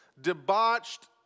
debauched